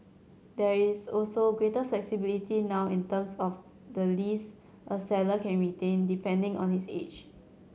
there is also greater flexibility now in terms of the lease a seller can retain depending on his age